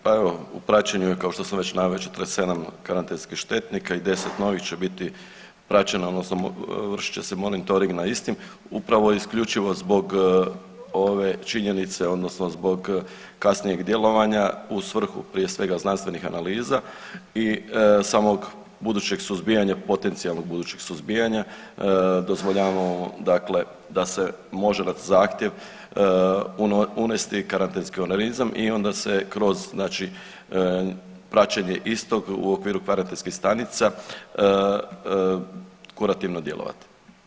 Pa evo, u praćenju je kao što sam već naveo 47 karantenskih štetnika i 10 novih će biti praćeno odnosno vršit će se monitoring nad istim upravo isključivo zbog ove činjenice odnosno zbog kasnijeg djelovanja u svrhu prije svega znanstvenih analiza i samog budućeg suzbijanja, potencijalnog budućeg suzbijanja dozvoljavamo dakle da se može dat zahtjev, unesti karantenski organizam i onda se kroz znači praćenje istog u okviru karantenskih stanica kurativno djelovati.